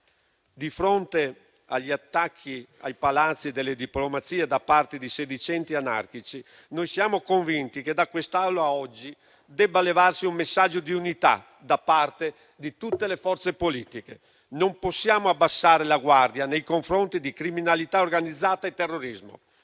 Di fronte agli attacchi ai palazzi delle diplomazie da parte di sedicenti anarchici, noi siamo convinti che da quest'Aula oggi debba levarsi un messaggio di unità da parte di tutte le forze politiche. Non possiamo abbassare la guardia nei confronti di criminalità organizzata e terrorismo,